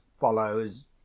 follows